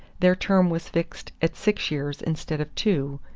their term was fixed at six years instead of two,